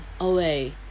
away